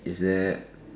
is there